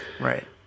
Right